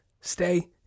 stay